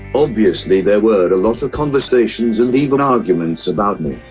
obviously there were a lot of conversations and even arguments about me.